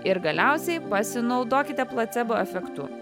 ir galiausiai pasinaudokite placebo efektu